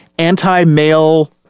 Anti-male